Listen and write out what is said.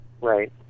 right